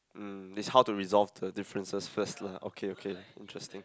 mm it's how to resolve the differences first lah okay okay interesting